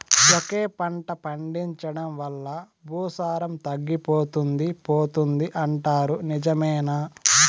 ఒకే పంట పండించడం వల్ల భూసారం తగ్గిపోతుంది పోతుంది అంటారు నిజమేనా